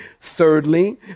Thirdly